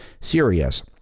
serious